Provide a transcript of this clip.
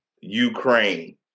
Ukraine